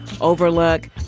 Overlook